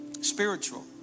Spiritual